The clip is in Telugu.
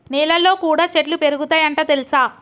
నెలల్లో కూడా చెట్లు పెరుగుతయ్ అంట తెల్సా